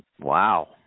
Wow